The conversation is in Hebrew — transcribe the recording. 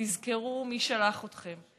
ותזכרו מי שלח אתכם,